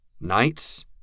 Knights